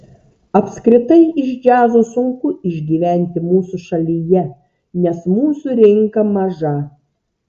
apskritai iš džiazo sunku išgyventi mūsų šalyje nes mūsų rinka maža